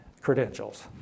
credentials